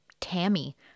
Tammy